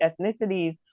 ethnicities